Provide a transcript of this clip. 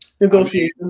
negotiations